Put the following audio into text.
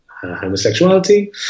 homosexuality